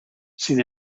sin